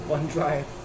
OneDrive